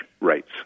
rates